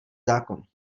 zákon